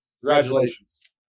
Congratulations